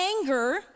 anger